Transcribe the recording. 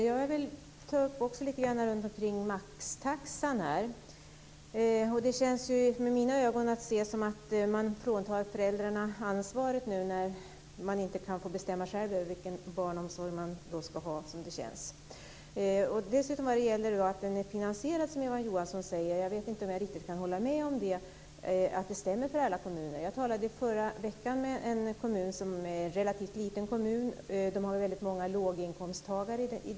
Fru talman! Jag vill också ta upp maxtaxan. För mig känns det som att man fråntar föräldrarna ansvaret när de nu inte själva kan få bestämma vilken barnomsorg de ska ha. Jag vet inte om jag kan hålla med Eva Johansson om att den är finansierad, att det stämmer för alla kommuner. Jag talade i förra veckan med en representant för en relativt liten kommun. Den har väldigt många låginkomsttagare.